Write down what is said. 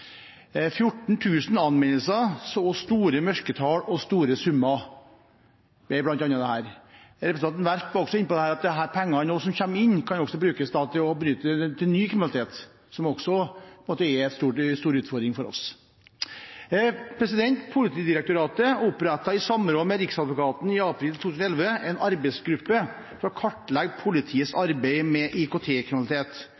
Representanten Werp var inne på at de pengene som kommer inn, også kan brukes til ny kriminalitet, som også kan gi oss en stor utfordring. Politidirektoratet opprettet i samråd med Riksadvokaten i april 2011 en arbeidsgruppe for å kartlegge politiets